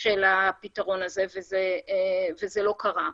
של הפתרון הזה, וזה לא קרה.